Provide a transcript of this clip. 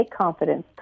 confidence